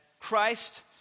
Christ